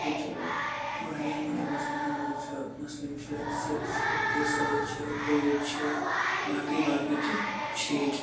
ییٚتہِ چھِ لُکھ واریَہَن مَزہَبَن سۭتۍ ہِندو چھِ مُسلِم چھِ سِکھ چھِ عیٖسٲے چھِ بودھ چھِ باقٕے باقٕے تہِ چھِ ییٚتہِ